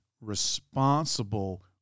responsible